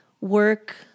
Work